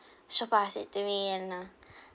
so far I still doing it and uh